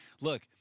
Look